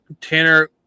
Tanner